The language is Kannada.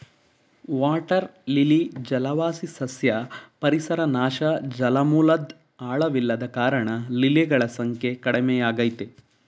ವಾಟರ್ ಲಿಲಿ ಜಲವಾಸಿ ಸಸ್ಯ ಪರಿಸರ ನಾಶ ಜಲಮೂಲದ್ ಆಳವಿಲ್ಲದ ಕಾರಣ ಲಿಲಿಗಳ ಸಂಖ್ಯೆ ಕಡಿಮೆಯಾಗಯ್ತೆ